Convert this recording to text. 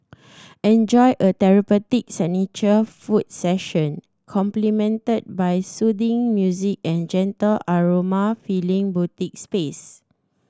enjoy a therapeutic signature foot session complimented by the soothing music and gentle aroma filling boutique space